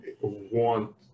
want